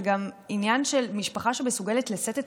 זה גם עניין של משפחה שמסוגלת לשאת את